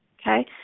okay